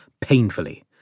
painfully